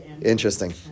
Interesting